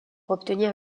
obtenir